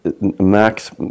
Max